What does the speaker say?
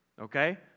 okay